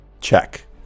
check